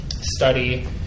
study